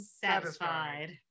satisfied